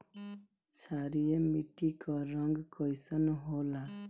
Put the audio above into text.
क्षारीय मीट्टी क रंग कइसन होला?